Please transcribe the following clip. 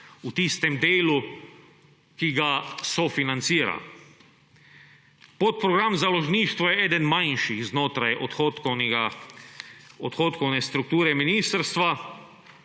v tistem delu, ki ga sofinancira. Podprogram Založništvo je eden manjših znotraj odhodkovne strukture ministrstva.